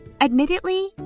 Admittedly